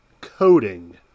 coding